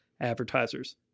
advertisers